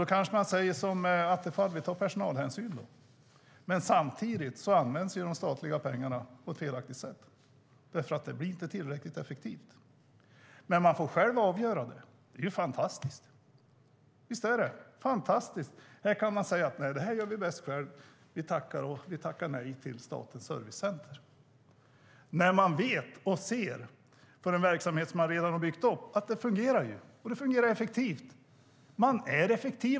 Då kanske man säger som Attefall, att man tar personalhänsyn. Samtidigt används de statliga pengarna på ett felaktigt sätt. Det blir inte tillräckligt effektivt. Men man får själv avgöra det. Det är fantastiskt, visst är det! Här kan man säga: Nej, det här gör vi bäst själva. Vi tackar nej till Statens servicecenter. Den verksamhet som man redan har byggt upp fungerar effektivt.